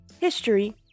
history